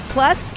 Plus